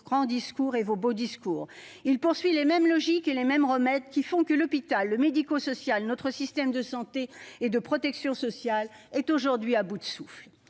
grands et beaux discours. Il poursuit les mêmes logiques et prévoit les mêmes remèdes qui font que l'hôpital, le secteur médico-social et notre système de santé et de protection sociale sont aujourd'hui à bout de souffle.